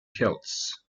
celts